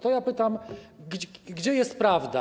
To ja pytam: Gdzie jest prawda?